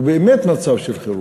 הוא באמת מצב של חירום,